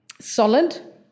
solid